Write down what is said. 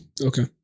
Okay